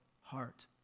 heart